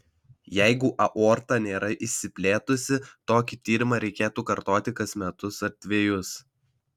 jeigu aorta nėra išsiplėtusi tokį tyrimą reikėtų kartoti kas metus ar dvejus